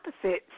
opposites